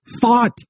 fought